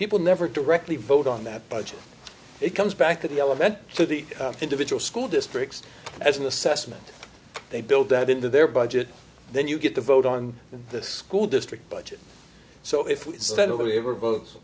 people never directly vote on that budget it comes back an element to the individual school districts as an assessment they build that into their budget then you get the vote on the school district budget so if we